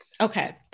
Okay